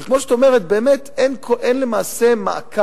אבל כמו שאת אומרת, באמת אין למעשה מעקב.